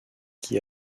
qui